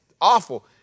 awful